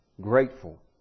grateful